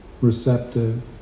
receptive